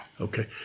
Okay